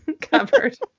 covered